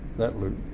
that loop,